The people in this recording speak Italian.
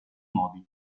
modi